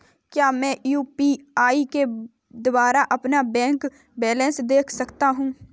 क्या मैं यू.पी.आई के द्वारा अपना बैंक बैलेंस देख सकता हूँ?